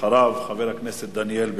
אחריו, חבר הכנסת דניאל בן-סימון.